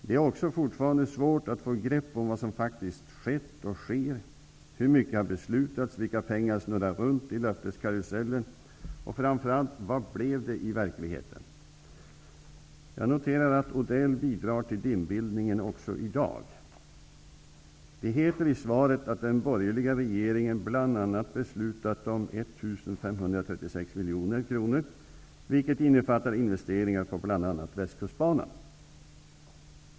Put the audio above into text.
Det är också fortfarande svårt att få ett grepp om vad som faktiskt har skett, och sker, om hur mycket som har beslutats, om vilka pengar som snurrar runt i löfteskarusellen och framför allt om hur det i verkligheten blev. Jag noterar att Mats Odell också i dag bidrar till dimbildningen. Det heter i svaret att den borgerliga regeringen bl.a. beslutat om 1 536 miljoner kronor, vilket innefattar investeringar på bl.a. västkustbanan.